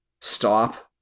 stop